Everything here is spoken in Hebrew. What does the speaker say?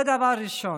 זה דבר ראשון.